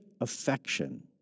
affection